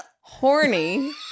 horny